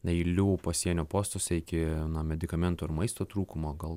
eilių pasienio postuose iki na medikamentų ir maisto trūkumo gal